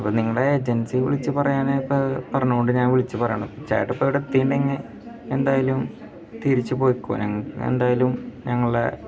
അപ്പം നിങ്ങളുടേ ഏജൻസിയെ വിളിച്ചു പറയാനിപ്പം പറഞ്ഞതു കൊണ്ട് ഞാൻ വിളിച്ചു പറയണേ ചേട്ടൻ ഇപ്പം ഏടെത്തിയിട്ടുണ്ടെങ്കിലും എന്തായാലും തിരിച്ചു പൊയ്ക്കോ ഞങ്ങൾ എന്തായാലും ഞങ്ങളുടെ